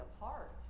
apart